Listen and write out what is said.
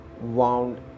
wound